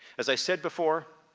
as i said before,